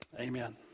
amen